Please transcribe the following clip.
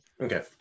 okay